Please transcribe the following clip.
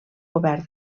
govern